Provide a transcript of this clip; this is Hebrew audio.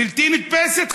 בלתי נתפסת,